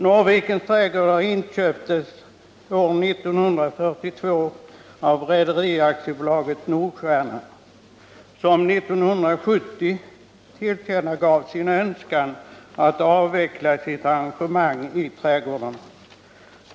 Norrvikens trädgårdar inköptes år 1942 av Rederi AB Nordstjernan, som 1970 tillkännagav sin önskan att avveckla sitt engagemang i trädgårdarna.